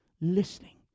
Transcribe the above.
Listening